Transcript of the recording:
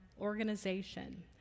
organization